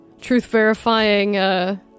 truth-verifying